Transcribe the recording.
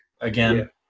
again